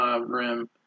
rim